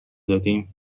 دادیم